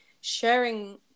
sharing